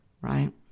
right